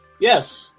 yes